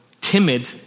timid